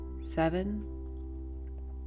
Seven